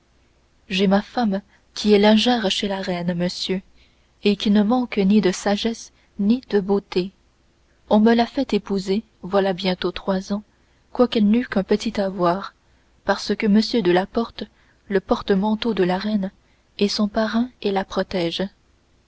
j'ai ma femme qui est lingère chez la reine monsieur et qui ne manque ni de sagesse ni de beauté on me l'a fait épouser voilà bientôt trois ans quoiqu'elle n'eût qu'un petit avoir parce que m de la porte le portemanteau de la reine est son parrain et la protège